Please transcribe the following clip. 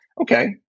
Okay